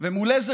ומול איזה,